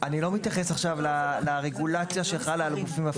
אני לא מתייחס עכשיו לרגולציה שחלה על הגופים הפיננסיים.